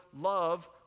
love